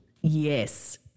Yes